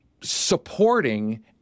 supporting